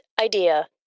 idea